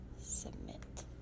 Submit